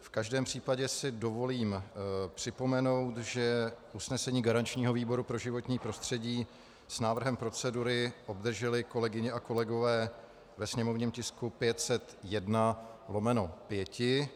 V každém případě si dovolím připomenout, že usnesení garančního výboru pro životní prostředí s návrhem procedury obdrželi kolegyně a kolegové ve sněmovním tisku 501/5.